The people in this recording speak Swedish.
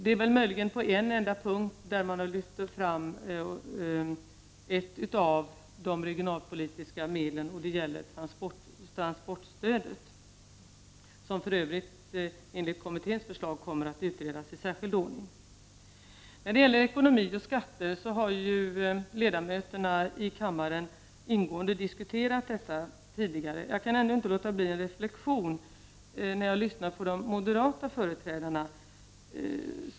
Det är möjligen på en enda punkt som man har lyft fram ett av de regionalpolitiska medlen, och det gäller transportstödet, som för övrigt enligt kommitténs förslag kommer att utredas i särskild ordning. Ekonomi och skatter har kammarens ledamöter diskuterat ingående tidigare. Jag kan ändå inte låta bli att göra en reflexion när jag lyssnar på de moderata företrädarna.